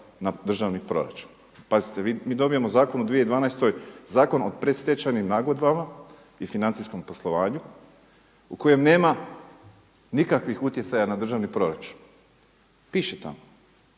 na državni proračun. Pazite mi dobijemo zakon u 2012. Zakon o predstečajnim nagodbama i financijskom poslovanju u kojem nema nikakvih utjecaja na državni proračun, piše tamo.